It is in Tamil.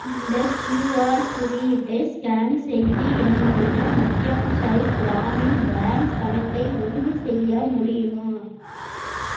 இந்த கியுஆர் குறியீட்டை ஸ்கேன் செய்து என்னுடைய மத்தியான்ச்சல் கிராமின் பேங்க் கணக்கை உறுதி செய்ய முடியுமா